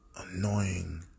annoying